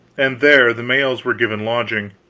and there the males were given lodging,